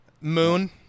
moon